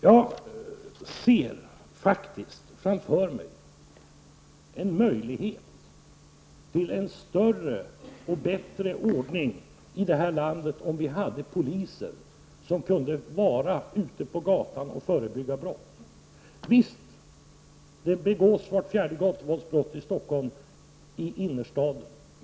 Jag ser faktiskt framför mig en möjlighet till en större och bättre ordning i det här landet om vi hade poliser som kunde vara ute på gatan och förebygga brott. Det är riktigt att vart fjärde gatuvåldsbrott som begås i Stockholm sker i innerstaden.